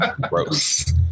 Gross